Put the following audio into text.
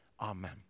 Amen